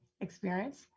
experience